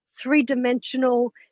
three-dimensional